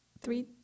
three